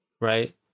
right